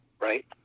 right